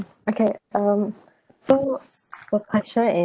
okay um so the question is